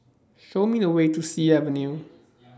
Show Me The Way to Sea Avenue